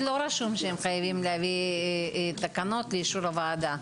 אבל בחוק לא רשום שחייבים להביא תקנות לאישור הוועדה.